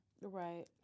Right